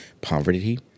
poverty